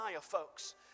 folks